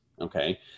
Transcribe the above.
Okay